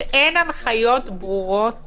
שאין הנחיות ברורות